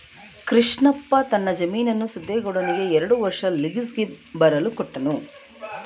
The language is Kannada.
ಕೃಷ್ಣಪ್ಪ ತನ್ನ ಜಮೀನನ್ನು ಸಿದ್ದೇಗೌಡನಿಗೆ ಎರಡು ವರ್ಷ ಲೀಸ್ಗೆ ಬರಲು ಕೊಟ್ಟನು